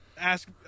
ask